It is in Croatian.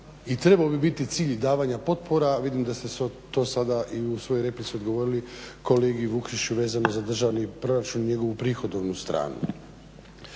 trebao bi biti cilj davanja potpora. Vidim da ste to sada i u svojoj replici odgovorili kolegi Vukšiću vezano za državni proračun i njegovu prihodovnu stranu.